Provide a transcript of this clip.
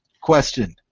question